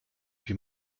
wie